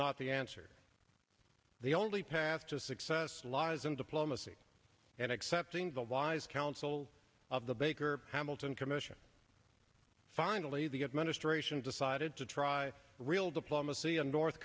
not the answer the only path to success lies in diplomacy and accepting the wise counsel of the baker hamilton commission finally the administration decided to try real diplomacy in north